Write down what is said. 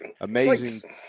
amazing